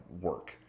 work